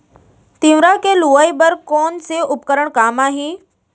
तिंवरा के लुआई बर कोन से उपकरण काम आही?